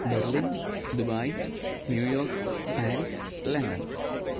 Berlin Dubai New York Paris London